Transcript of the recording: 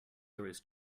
throws